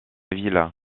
ville